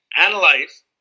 analyze